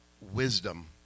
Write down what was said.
wisdom